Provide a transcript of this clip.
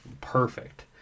perfect